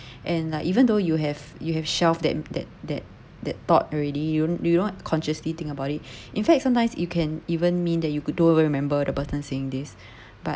and like even though you have you have shelved that that that that thought already you you don't consciously think about it in fact sometimes you can even mean that you could don't even remember the person saying this but